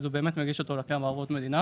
הוא מגיש אותו לקרן בערבות מדינה